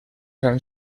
han